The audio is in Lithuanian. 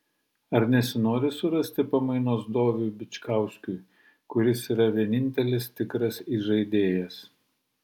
ar nesinori surasti pamainos doviui bičkauskiui kuris yra vienintelis tikras įžaidėjas